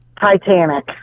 Titanic